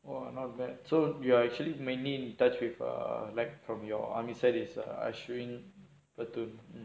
!wah! not bad so you are actually many touch with like from your army ushering platoon